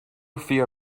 fear